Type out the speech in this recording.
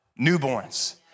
newborns